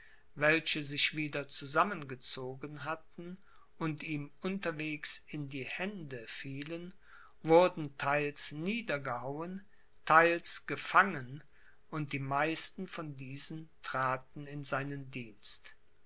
welche sich wieder zusammengezogen hatten und ihm unterwegs in die hände fielen wurden theils niedergehauen theils gefangen und die meisten von diesen traten in seinen dienst